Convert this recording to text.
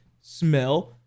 smell